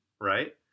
right